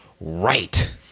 right